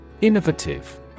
Innovative